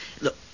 Look